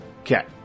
Okay